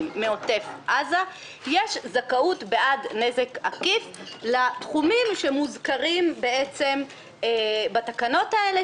מעוטף עזה יש זכאות לפיצוי בעד נזק עקיף לתחומים שמוזכרים בתקנות האלה,